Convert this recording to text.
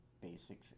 basic